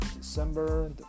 December